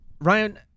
Ryan